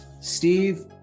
Steve